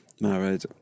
married